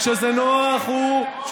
כשזה נוח הוא תומך טרור?